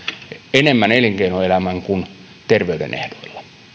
enemmän elinkeinoelämän kuin terveyden ehdoilla